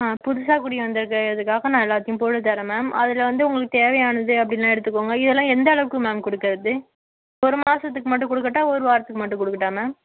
ஆ புதுசாக குடி வந்துருக்க இதுக்காக நான் எல்லாத்தையும் போட்டு தரேன் மேம் அதில் வந்து உங்களுக்கு தேவையானது அப்டின்னா எடுத்துக்கோங்க இதெல்லாம் எந்த அளவுக்கு மேம் கொடுக்கறது ஒரு மாதத்துக்கு மட்டும் கொடுக்கட்டா ஒரு வாரத்துக்கு மட்டும் கொடுக்கட்டா மேம்